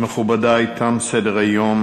מכובדי, תם סדר-היום.